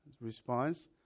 response